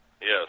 Yes